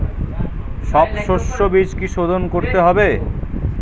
সব শষ্যবীজ কি সোধন করতে হবে?